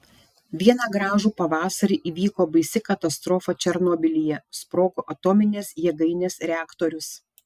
vieną gražų pavasarį įvyko baisi katastrofa černobylyje sprogo atominės jėgainės reaktorius